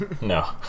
No